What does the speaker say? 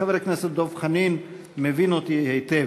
חבר הכנסת דב חנין מבין אותי היטב.